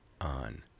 on